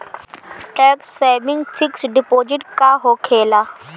Tax saving fix deposit का होखे ला?